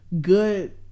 good